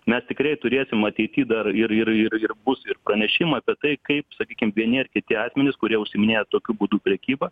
mes tikrai turėsim ateity dar ir ir ir ir bus ir pranešimų apie tai kaip sakykim vieni ar kiti asmenys kurie užsiiminėja tokiu būdu prekyba